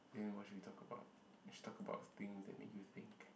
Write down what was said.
then what should we talk about we should talk about things that make you think